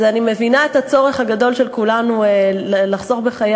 אז אני מבינה את הצורך הגדול של כולנו לחסוך בחיי